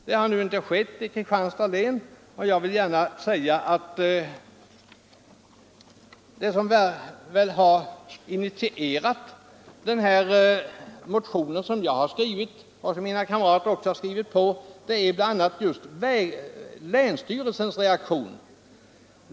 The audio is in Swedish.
Det har nu inte skett i —- Kristianstads län, och jag vill gärna säga att det som initierat den motion = Anslag till vägväsensom jag har skrivit och som mina kamrater skrivit på bl.a. är länsstyrelens — det, m.m. reaktion.